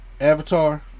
avatar